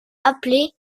appelée